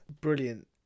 Brilliant